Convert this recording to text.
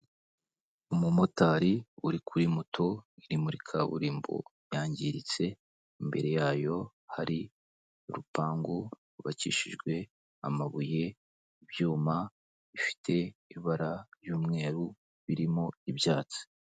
Umumotari uri kuri moto iri muri kaburimbo yangiritse imbere yayo hari urupangu rwubakishijwe amabuye ibyuma bifite ibara ry'umweru birimo ibyatsi.